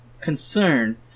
concern